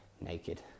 naked